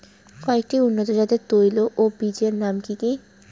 কয়েকটি উন্নত জাতের তৈল ও বীজের নাম কি কি?